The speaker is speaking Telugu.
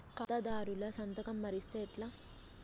ఖాతాదారుల సంతకం మరిస్తే ఎట్లా?